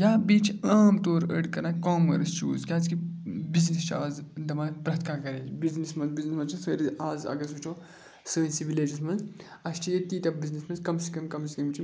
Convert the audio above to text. یا بیٚیہِ چھِ عام طور أڑۍ کَران کامٲرٕس چوٗز کیٛازِکہِ بِزنِس چھِ آز دَپان پرٛٮ۪تھ کانٛہہ گَریج بِزنِس منٛز بِزنِس منٛز چھِ سٲری اَز اگر أسۍ وٕچھو سٲنِسی وِلیجَس منٛز اَسہِ چھِ ییٚتہِ تیٖتیاہ بِزنِس منٛز کَم سے کَم کَم سے کَم چھِ